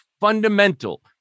fundamental